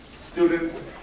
students